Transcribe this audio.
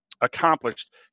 accomplished